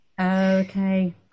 okay